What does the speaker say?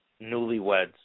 newlyweds